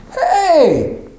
Hey